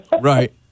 Right